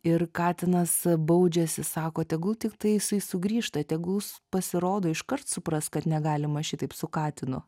ir katinas baudžiasi sako tegul tiktai jisai sugrįžta tegul jis pasirodo iškart supras kad negalima šitaip su katinu